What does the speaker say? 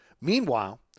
Meanwhile